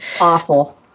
Awful